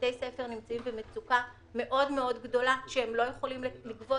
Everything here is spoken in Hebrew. בתי ספר נמצאים במצוקה מאוד גדולה שהם לא יכולים לגבות